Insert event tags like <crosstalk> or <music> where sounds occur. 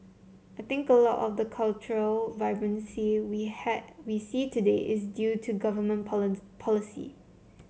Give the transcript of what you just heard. I think a lot of the cultural vibrancy we <unintelligible> we see today is due to government <unintelligible> policy